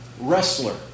wrestler